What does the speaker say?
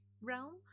realm